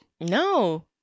No